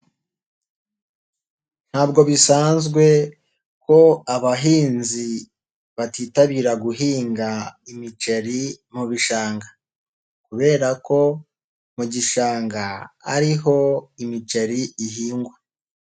Ntabwo bisanzwe ko abahinzi batitabira guhinga imiceri mu bishanga. Kubera ko mu gishanga ari ho imiceri ihingwa.